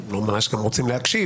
--- אתם רוצים להקשיב,